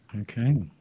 Okay